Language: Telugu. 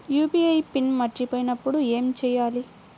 యూ.పీ.ఐ పిన్ మరచిపోయినప్పుడు ఏమి చేయాలి?